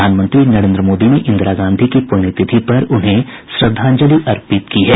प्रधानमंत्री नरेंद्र मोदी ने इंदिरा गांधी की पुण्यतिथि पर उन्हें श्रद्धांजलि अर्पित की है